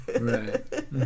Right